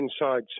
inside